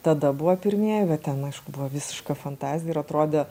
tada buvo pirmieji bet ten aišku buvo visiška fantazija ir atrodė